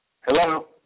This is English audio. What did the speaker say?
Hello